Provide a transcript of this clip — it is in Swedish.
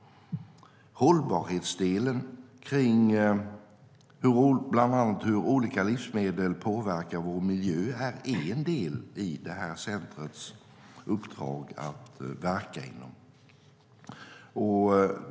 Hållbarhet och hur olika livsmedel påverkar vår miljö är en del i det uppdrag som centrumet ska verka inom.